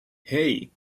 hey